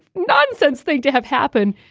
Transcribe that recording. nonsense thing to have happen.